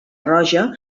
roja